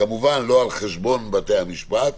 כמובן לא על חשבון בתי המשפט,